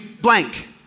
blank